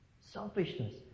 selfishness